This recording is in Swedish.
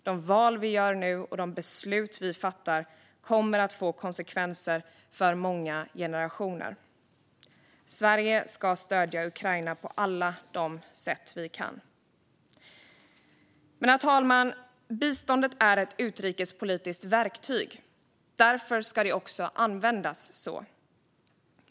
De val vi gör nu och de beslut vi fattar kommer att få konsekvenser för många generationer. Sverige ska stödja Ukraina på alla de sätt vi kan. Men, herr talman, biståndet är ett utrikespolitiskt verktyg. Därför ska det också användas så.